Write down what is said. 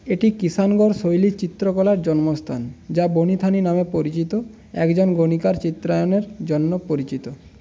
এটি কিষাণগড় শৈলীর চিত্রকলার জন্মস্থান যা বনি থানি নামে পরিচিত একজন গণিকার চিত্রায়ণের জন্য পরিচিত